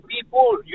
people